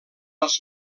als